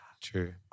true